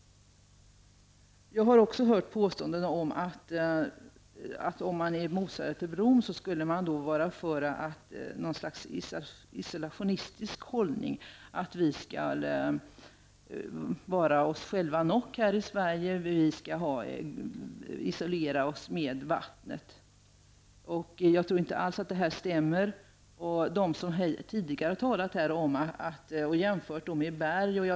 Jag har också hört påståenden om att om man är motståndare till bron så skulle man vara för en isolationistisk hållning. Man skulle då anse att vi skall vara oss själva nog här i Sverige och att vi skall isolera oss med vattnet. Jag tror inte alls att det stämmer. Tidigare talare har t.ex. jämfört Öresund med berg.